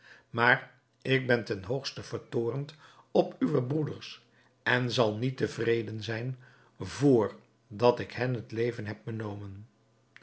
maar ik ben ten hoogste vertoornd op uwe broeders en zal niet tevreden zijn vr dat ik hen het leven heb benomen